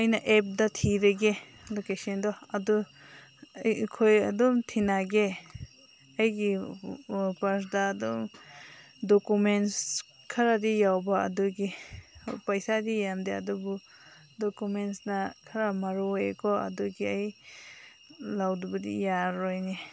ꯑꯩꯅ ꯑꯦꯞꯇ ꯊꯤꯔꯒꯦ ꯂꯣꯀꯦꯁꯟꯗꯣ ꯑꯗꯨ ꯑꯩꯈꯣꯏ ꯑꯗꯨꯝ ꯊꯤꯅꯒꯦ ꯑꯩꯒꯤ ꯄꯔꯁꯇ ꯑꯗꯨꯝ ꯗꯣꯀꯨꯃꯦꯟꯁ ꯈꯔꯗꯤ ꯌꯥꯎꯕ ꯑꯗꯨꯒꯤ ꯄꯩꯁꯥꯗꯤ ꯌꯥꯝꯗꯦ ꯑꯗꯨꯕꯨ ꯗꯣꯀꯨꯃꯦꯟꯁꯅ ꯈꯔ ꯃꯔꯨ ꯑꯣꯏꯌꯦꯀꯣ ꯑꯗꯨꯒꯤ ꯑꯩ ꯂꯧꯗꯕꯗꯤ ꯌꯥꯔꯔꯣꯏꯅꯦ